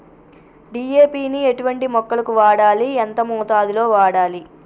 DAP ని ఎటువంటి మొక్కలకు వాడాలి? ఎంత మోతాదులో వాడాలి?